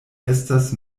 estas